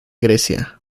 grecia